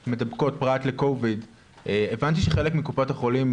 מדבקות, פרט ל-covid, הבנתי שקופות החולים,